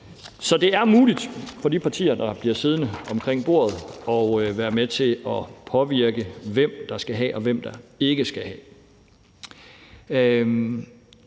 Så det er muligt for de partier, der bliver siddende omkring bordet, at være med til at påvirke, hvem der skal have, og hvem der ikke skal have.